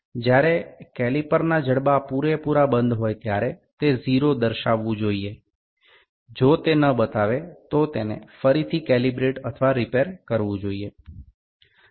જ્યારે કેલિપરના જડબા પૂરેપૂરા બંધ હોય ત્યારે તે 0 દર્શાવવું જોઈએ જો તે ન બતાવે તો તેને ફરી કેલિબ્રેટ અથવા રીપેર કરવું જરૂરી છે